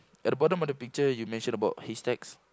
at the bottom of the picture you mention about hay stacks